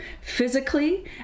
physically